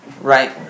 right